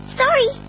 sorry